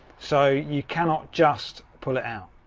so you cannot just pull it out.